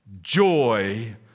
joy